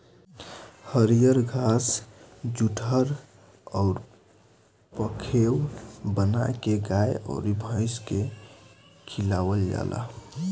हरिअर घास जुठहर अउर पखेव बाना के गाय अउर भइस के खियावल जाला